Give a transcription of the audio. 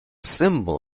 symbol